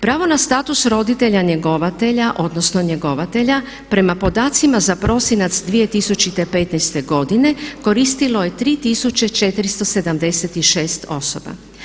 Pravo na status roditelja njegovatelja odnosno njegovatelja, prema podacima za prosinac 2015. godine koristilo je 3476 osoba.